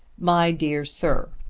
my dear sir,